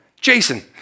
Jason